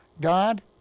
God